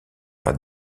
par